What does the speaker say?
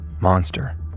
monster